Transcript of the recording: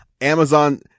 Amazon